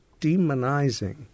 demonizing